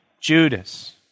Judas